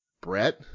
Brett